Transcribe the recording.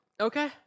Okay